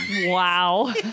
Wow